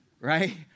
right